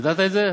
ידעת את זה?